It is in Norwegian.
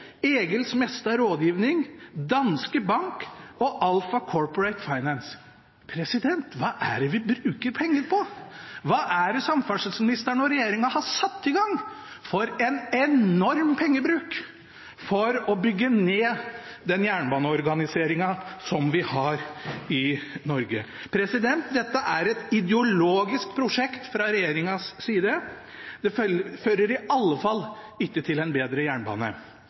Rådgivning, Danske Bank og Alpha Corporate Finance.» Hva er det vi bruker penger på? Hva er det samferdselsministeren og regjeringen har satt i gang? For en enorm pengebruk for å bygge ned den jernbaneorganiseringen som vi har i Norge! Dette er et ideologisk prosjekt fra regjeringens side. Det fører i alle fall ikke til en bedre jernbane.